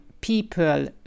people